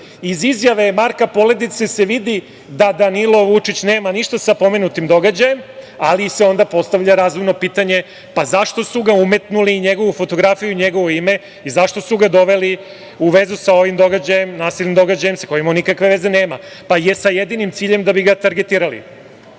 iz izjava Marka Poledice se vidi da Danilo Vučić nema ništa sa pomenutim događajem, ali se onda postavlja razumno pitanje - a zašto su ga umetnuli, njegovu fotografiju i njegovo ime, i zašto su ga doveli u vezu sa ovim nasilnim događajem, sa kojim on nikakve veze nema? Dakle, sa jedinim ciljem - da bi ga targetirali. Već